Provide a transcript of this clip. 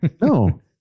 No